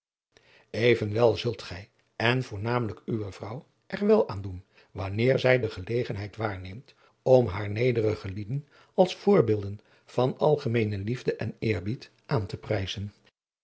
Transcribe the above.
evenwel zult gij en voornamelijk uwe vrouw er wel aan doen wanneer zij de gelegenheid waarneemt om haar nederige lieden als voorbeelden van algemeene liefde en eerbied aan te prijzen